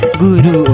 Guru